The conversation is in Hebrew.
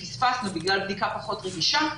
ופספסנו בגלל בדיקה פחות רגישה,